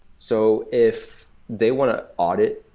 so if they want to audit,